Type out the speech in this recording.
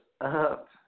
up